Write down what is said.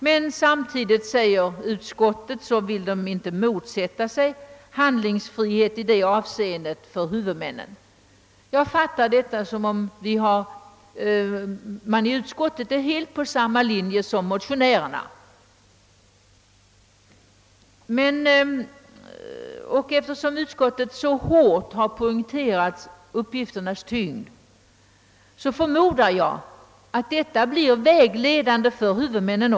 Men utskottet säger samtidigt att det inte vill motsätta sig handlingsfrihet för huvudmännen i detta avseende. Då utskottet så kraftigt poängterat dessa uppgifters tyngd, förmodar jag att detta kommer att bli vägledande för huvudmännen.